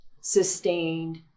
sustained